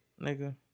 Nigga